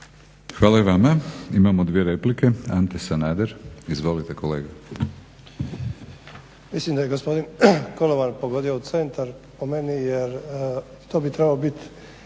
Hvala i vama. Imamo dvije replike. Ante Sanader, izvolite kolega.